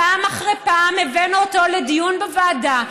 פעם אחרי פעם הבאנו אותו לדיון בוועדה,